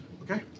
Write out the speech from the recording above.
Okay